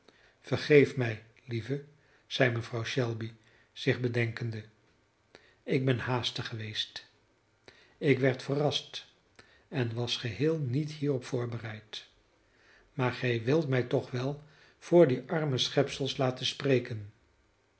vergeef mij lieve zeide mevrouw shelby zich bedenkende ik ben haastig geweest ik werd verrast en was geheel niet hierop voorbereid maar gij wilt mij toch wel voor die arme schepsels laten spreken